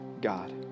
God